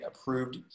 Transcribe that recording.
approved